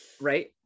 right